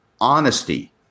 honesty